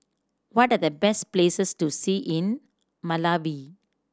what are the best places to see in Malawi